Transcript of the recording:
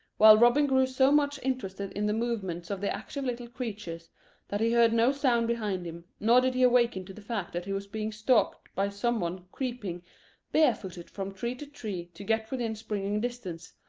while robin grew so much interested in the movements of the active little creatures that he heard no sound behind him, nor did he awaken to the fact that he was being stalked by some one creeping bare-footed from tree to tree to get within springing distance,